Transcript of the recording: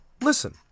listen